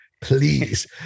please